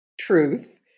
truth